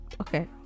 Okay